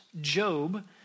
Job